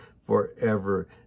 forever